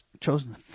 chosen